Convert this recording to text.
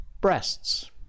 breasts